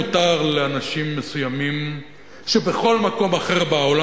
מותר לאנשים מסוימים שבכל מקום אחר בעולם